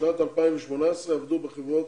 בשנת 2018 עבדו בחברות